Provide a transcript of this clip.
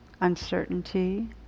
uncertainty